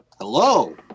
Hello